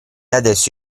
adesso